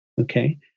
Okay